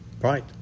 Right